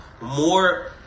more